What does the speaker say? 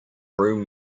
room